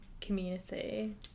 community